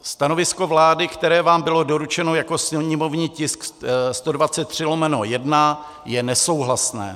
Stanovisko vlády, které vám bylo doručeno jako sněmovní tisk 123/1, je nesouhlasné.